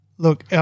Look